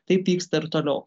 tai vyksta ir toliau